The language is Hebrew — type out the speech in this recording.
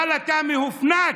אבל אתה מהופנט,